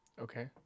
Okay